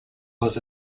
was